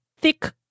thick